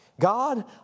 God